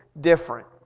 different